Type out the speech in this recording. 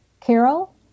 Carol